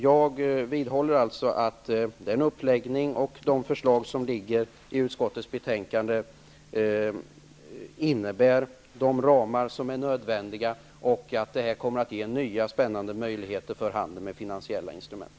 Jag vidhåller alltså att den uppläggning som föreslås i betänkandet innebär de ramar som är nödvändiga. Det här kommer att ge nya och spännande möjligheter för handel med finansiella instrument.